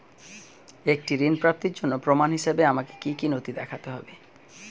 একটি ঋণ প্রাপ্তির জন্য প্রমাণ হিসাবে আমাকে কী কী নথি দেখাতে হবে?